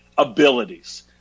Abilities